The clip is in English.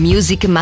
Music